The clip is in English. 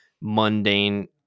mundane